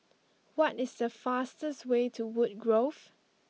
what is the fastest way to Woodgrove